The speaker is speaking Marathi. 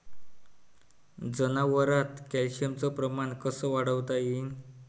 जनावरात कॅल्शियमचं प्रमान कस वाढवता येईन?